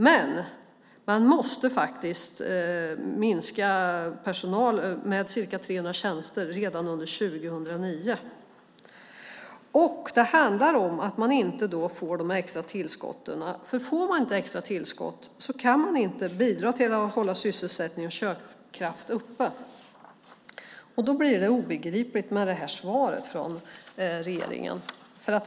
Men man måste faktiskt minska personal med ca 300 tjänster redan under 2009. Det handlar om att man inte får de extra tillskotten. Får man inte extra tillskott kan man inte bidra till att hålla sysselsättning och köpkraft uppe. Då blir det obegripligt med det här svaret från regeringen.